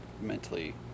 mentally